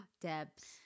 Debs